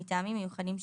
מטעמים מיוחדים שיירשמו.